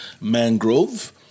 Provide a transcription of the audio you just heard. Mangrove